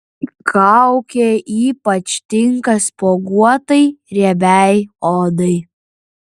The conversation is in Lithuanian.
kaukė ypač tinka spuoguotai riebiai odai